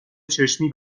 چشمی